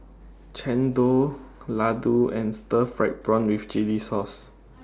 Chendol Laddu and Stir Fried Prawn with Chili Sauce